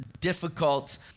difficult